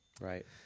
Right